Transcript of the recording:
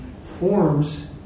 forms